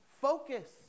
focus